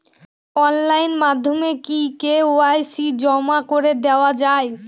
Online মাধ্যমে কি KYC জমা করে দেওয়া য়ায়?